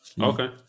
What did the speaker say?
Okay